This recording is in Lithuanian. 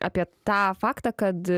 apie tą faktą kad